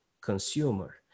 consumer